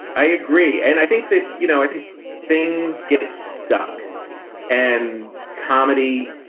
i agree. and i think that, you know, i think things get stuck and comedy.